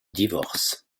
divorce